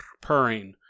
purring